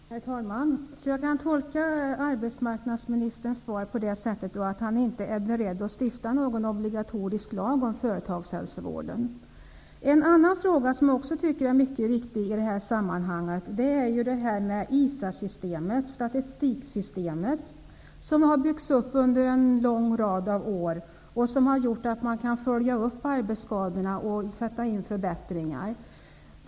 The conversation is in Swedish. Herr talman! Kan jag tolka arbetsmarknadsministerns svar på det sättet att han inte är beredd att stifta någon obligatorisk lag om företagshälsovården? En annan fråga som jag tycker är mycket viktig i detta sammanhang är ISA-systemet, det statistiksystem som har byggts upp under en lång rad år och som har gjort att man kan följa upp arbetsskadorna och göra förbättringar.